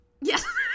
Yes